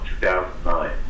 2009